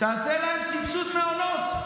תעשה להם סבסוד מעונות,